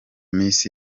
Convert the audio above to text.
miss